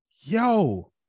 yo